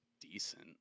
decent